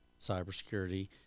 cybersecurity